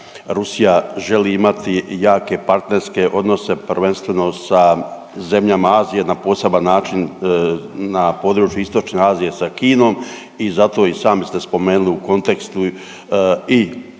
Rusija želi imati jake partnerske odnose prvenstveno sa zemljama Azije na poseban način na području istočne Azije sa Kinom i zato i sami ste spomenuli u kontekstu i